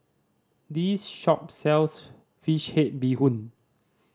this shop sells fish head bee hoon